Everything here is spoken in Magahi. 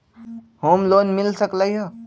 होम लोन मिल सकलइ ह?